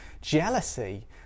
jealousy